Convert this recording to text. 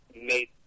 made